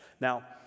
Now